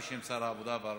בשם שר העבודה והרווחה,